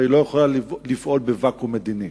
אבל היא לא יכולה לפעול בוואקום מדיני.